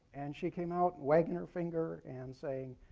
and she came out wagging her finger and saying,